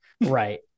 Right